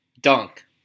dunk